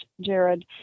Jared